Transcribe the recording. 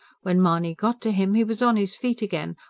when mahony got to him he was on his feet again,